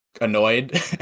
annoyed